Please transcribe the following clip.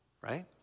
right